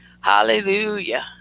Hallelujah